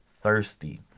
thirsty